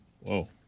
Whoa